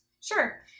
sure